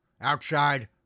outside